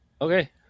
Okay